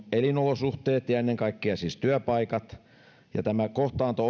elinolosuhteet ja ennen kaikkea siis työpaikat tämän kohtaanto